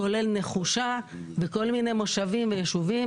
כולל נחושה וכולל מושבים ויישובים.